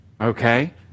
okay